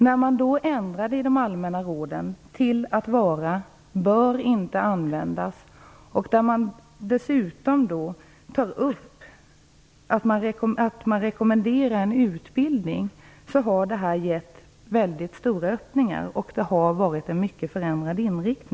När man då ändrade i de allmänna råden till "bör inte användas" och dessutom säger att man rekommenderar en utbildning har det gett en mycket stor öppning. Inriktningen har förändrats mycket.